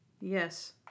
Yes